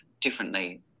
differently